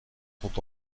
sont